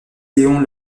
léon